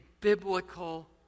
biblical